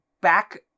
back